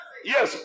Yes